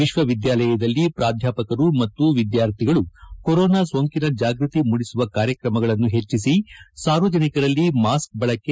ವಿಕ್ತವಿದ್ಯಾಲಯದಲ್ಲಿ ಪ್ರಾಧ್ಯಾಪಕರು ಮತ್ತು ಎದ್ದಾರ್ಥಿಗಳು ಕೊರೋನಾ ಸೋಂಕಿನ ಜಾಗೃತಿ ಮೂಡಿಸುವ ಕಾರ್ಯಕ್ರಮಗಳನ್ನು ಹೆಚ್ಚಿಸಿ ಸಾರ್ವಜನಿಕರಲ್ಲಿ ಮಾಸ್ಮ್ ಬಳಕೆ